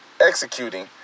executing